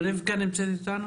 ישבתי כאן והקשבתי בסבלנות.